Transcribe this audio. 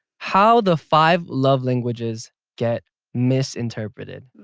how the five love languages get misinterpreted.